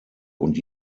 und